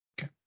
okay